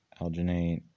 alginate